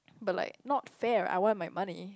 but like not fair I want my money